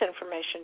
information